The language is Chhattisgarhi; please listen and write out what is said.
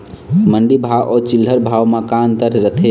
मंडी भाव अउ चिल्हर भाव म का अंतर रथे?